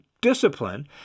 Discipline